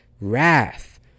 wrath